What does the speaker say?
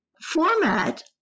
Format